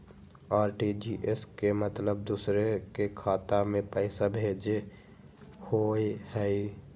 RTGS के मतलब दूसरे के खाता में पईसा भेजे होअ हई?